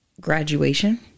graduation